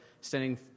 standing